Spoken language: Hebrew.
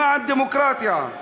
למען הדמוקרטיה.